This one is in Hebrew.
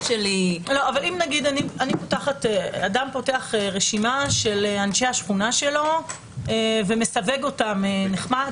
נניח אדם פותח רשימה של אנשי השכונה שלו ומסווג אותם נחמד,